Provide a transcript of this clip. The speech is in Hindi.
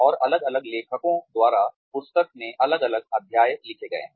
और अलग अलग लेखकों द्वारा पुस्तक में अलग अलग अध्याय लिखे गए हैं